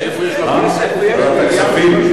ועדת הכספים?